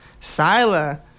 Sila